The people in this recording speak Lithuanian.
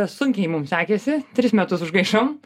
sunkiai mums sekėsi tris metus užgaišom